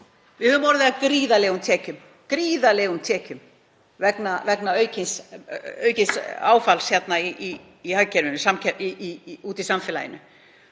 Við höfum orðið af gríðarlegum tekjum vegna aukins áfalls í hagkerfinu, úti í samfélaginu,